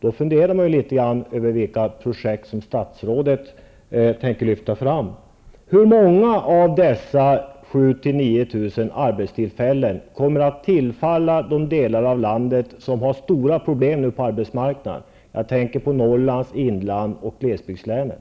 Då funderar man litet grand över vilka projekt som statsrådet tänker lyfta fram. Hur många av dessa 7 000--9 000 arbetstillfällen kommer att tillfalla de delar av landet som har stora problem på arbetsmarknaden nu? Jag tänker på Norrlands inland och glesbygdslänen.